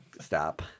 Stop